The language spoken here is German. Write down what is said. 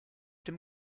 dem